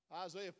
Isaiah